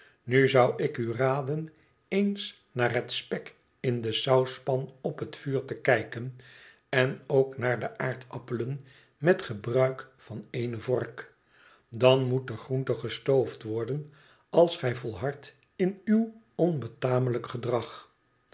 nu zou ik u raden eens naar het spek in de sauspan op het vuur te kijken en ook naar de aardappelen met gebruik van eene vork dan moet de groente gestoofd worden als gij volhardt in uw onbetamelijk gedrag